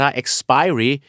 expiry